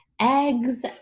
eggs